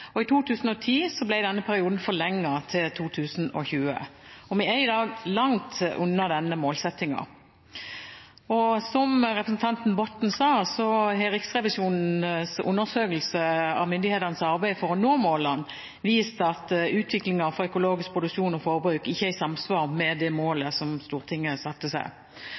I 2010 ble denne perioden forlenget til 2020, og vi er i dag langt unna denne målsettingen. Som representanten Botten sa, har Riksrevisjonens undersøkelse av myndighetenes arbeid for å nå målene vist at utviklingen for økologisk produksjon og forbruk ikke er i samsvar med det målet som Stortinget satte seg.